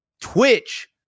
Twitch